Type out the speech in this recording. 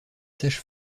sages